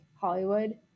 Hollywood